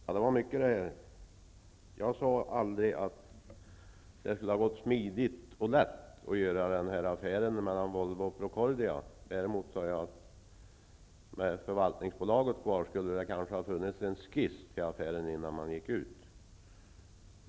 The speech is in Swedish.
Fru talman! Det var mycket det här. Jag sade aldrig att det skulle ha gått smidigt och lätt att göra affären mellan Volvo och Procordia. Däremot sade jag att om förvaltningsbolaget varit kvar skulle det kanske ha funnits en skiss till affären innan man gick ut med det hela.